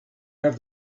have